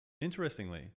Interestingly